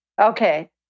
Okay